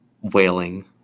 wailing